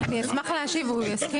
אני אשמח להשיב, הוא יסכים?